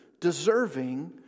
deserving